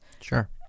Sure